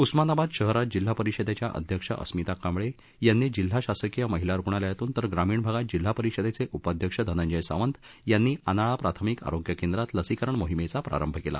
उस्मानाबाद शहरात जिल्हा परिषदेच्या अध्यक्ष अस्मिता कांबळे यांनी जिल्हा शासकीय महिला रुग्णालयातून तर ग्रामीण भागात जिल्हा परिषदेचे उपाध्यक्ष धनंजय सावंत यांनी आनाळा प्राथमिक आरोग्य केंद्रात लसीकरण मोहीमेचा प्रारंभ केला